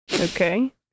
Okay